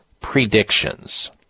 predictions